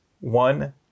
one